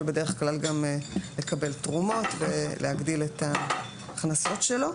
בדרך כלל גם לקבל תרומות ולהגדיל את ההכנסות שלו,